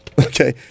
Okay